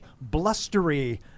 blustery